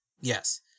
Yes